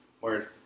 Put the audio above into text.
Word